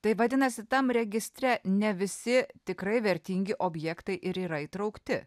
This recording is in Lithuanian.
tai vadinasi tam registre ne visi tikrai vertingi objektai ir yra įtraukti